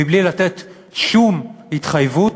בלי לתת שום התחייבות